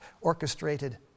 orchestrated